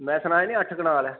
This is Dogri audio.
में सनाया निं अट्ठ कनाल ऐ